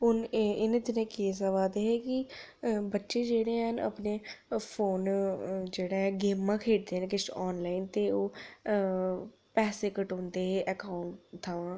phone एह् इनें दिनें केस आवै दे हे कि बच्चे जेह्ड़े हैन अपने फोन अ जेह्ड़ा ऐ गेमां खेढदे न किश आनलाइन ते ओह् अ पैसे कटोंदे हे अकाउंट थमां